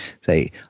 say